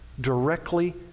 directly